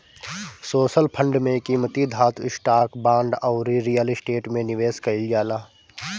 social fund में कीमती धातु, स्टॉक, बांड अउरी रियल स्टेट में निवेश कईल जाला